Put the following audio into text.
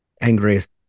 angriest